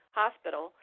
hospital